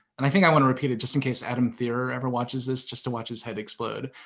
and i think i want to repeat it just in case adam theor ever watches this just to watch his head explode.